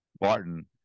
Barton